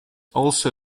also